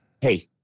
hey